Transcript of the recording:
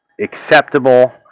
acceptable